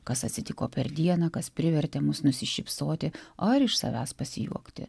kas atsitiko per dieną kas privertė mus nusišypsoti ar iš savęs pasijuokti